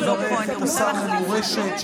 נברך את השר למורשת,